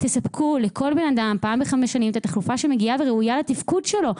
תספקו לכל בן אדם פעם בחמש שנים את התחלופה שמגיעה וראויה לתפקוד שלו.